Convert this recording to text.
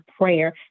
prayer